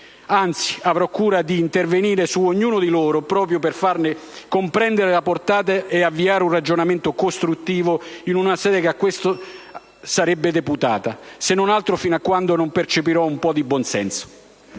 anzi avrò cura di intervenire su ognuno di loro proprio per farne comprendere la portata ed avviare un ragionamento costruttivo in una sede che a questo sarebbe deputata, se non altro fino a quando non percepirò un po' di buon senso.